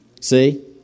See